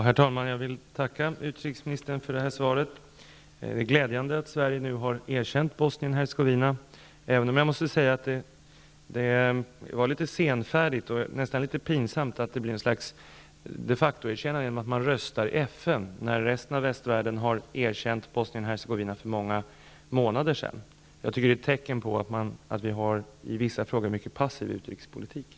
Herr talman! Jag vill tacka utrikesministern för svaret. Det är glädjande att Sverige nu har erkänt Bosnien-Hercegovina, även om jag måste säga att det var litet senfärdigt och nästan litet pinsamt att det blev ett slags de facto-erkännande i och med omröstningen i FN, när resten av västvärlden har erkänt Bosnien-Hercegovina för många månader sedan. Jag menar att det är ett tecken på att vi har en i vissa frågor mycket passiv utrikespolitik.